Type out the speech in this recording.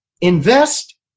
invest